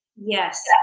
Yes